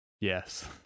Yes